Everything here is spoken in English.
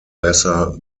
lesser